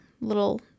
little